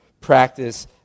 practice